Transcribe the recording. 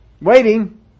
Waiting